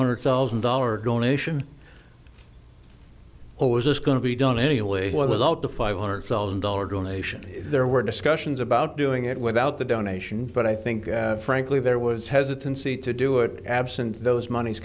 hundred thousand dollars donation i was just going to be done anyway without the five hundred thousand dollar donation there were discussions about doing it without the donation but i think frankly there was hesitancy to do it absent those mon